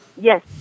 Yes